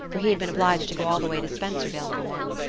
for he had been obliged to go all the way to spencervale for one.